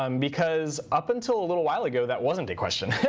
um because up until a little while ago, that wasn't a question.